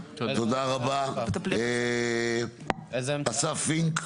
אוקי תודה רבה, אסף פינק.